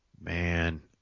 man